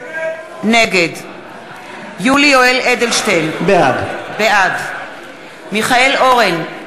נגד יולי יואל אדלשטיין, בעד מיכאל אורן,